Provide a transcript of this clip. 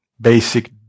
basic